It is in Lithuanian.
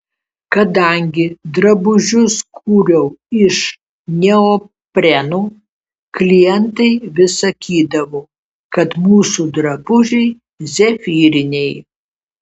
kadangi drabužius kūriau iš neopreno klientai vis sakydavo kad mūsų drabužiai zefyriniai